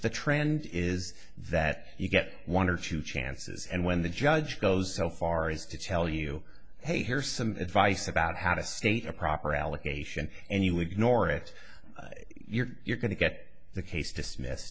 the trend is that you get one or two chances and when the judge goes so far as to tell you hey here's some advice about how to state a proper allocation and you ignore it you're going to get the case dismissed